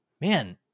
Man